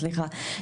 סליחה,